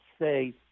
say